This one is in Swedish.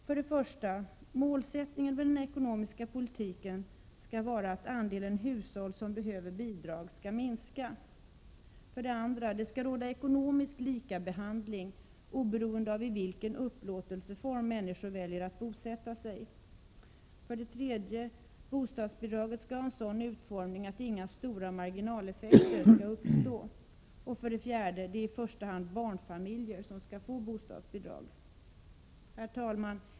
För det första skall målsättningen för den ekonomiska politiken vara att andelen hushåll som behöver bidrag skall minska. Det skall för det andra råda ekonomisk likabehandling oberoende av i vilken upplåtelseform människor väljer att bosätta sig. Bostadsbidraget skall för det tredje ha en sådan utformning att inga stora marginaleffekter skall behöva uppstå. För det fjärde är det i första hand barnfamiljer som skall få bostadsbidrag. Herr talman!